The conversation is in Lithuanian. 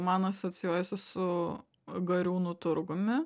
man asocijuojasi su gariūnų turgumi